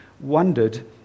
wondered